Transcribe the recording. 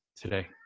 today